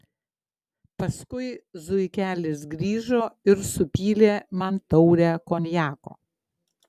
paskui zuikelis grįžo ir supylė man taurę konjako